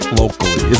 locally